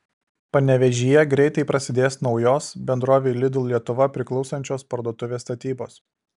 panevėžyje greitai prasidės naujos bendrovei lidl lietuva priklausančios parduotuvės statybos